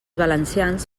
valencians